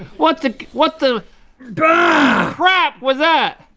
what the, what the crap was that!